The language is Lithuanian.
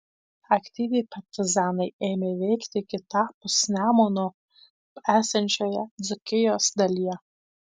aktyviai partizanai ėmė veikti kitapus nemuno esančioje dzūkijos dalyje